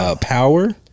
power